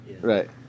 Right